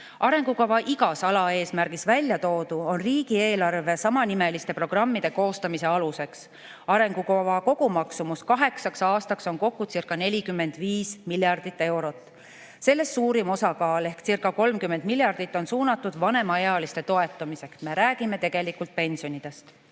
Arengukava igas alaeesmärgis väljatoodu on riigieelarve samanimeliste programmide koostamise aluseks. Arengukava kogumaksumus kaheksaks aastaks oncirca45 miljardit eurot. Sellest suurim osa ehkcirca30 miljardit on suunatud vanemaealiste toetamiseks – me räägime tegelikult pensionidest.